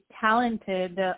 talented